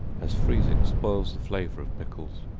as freezing spoils the flavor of pickles.